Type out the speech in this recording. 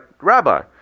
Rabbi